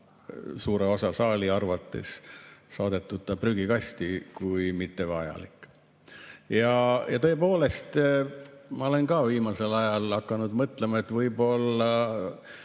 suure osa saali arvates saadetud prügikasti kui mittevajalik. Tõepoolest, ka mina olen viimasel ajal hakanud mõtlema, et võib-olla